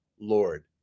Lord